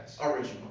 Original